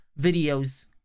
videos